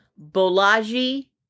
Bolaji